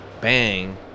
bang